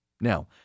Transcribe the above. Now